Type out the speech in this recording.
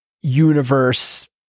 universe